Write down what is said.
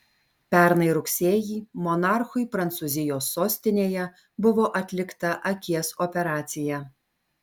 pernai rugsėjį monarchui prancūzijos sostinėje buvo atlikta akies operacija